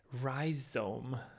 Rhizome